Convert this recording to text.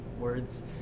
words